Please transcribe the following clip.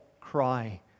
cry